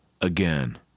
again